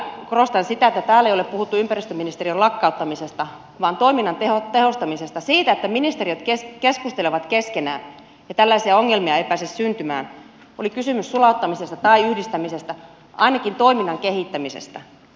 todellakin vielä korostan sitä että täällä ei ole puhuttu ympäristöministeriön lakkauttamisesta vaan toiminnan tehostamisesta siitä että ministeriöt keskustelevat keskenään ja tällaisia ongelmia ei pääse syntymään oli kysymys sulauttamisesta tai yhdistämisestä ainakin toiminnan kehittämisestä